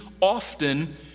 often